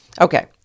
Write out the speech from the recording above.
Okay